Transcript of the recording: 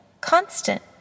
constant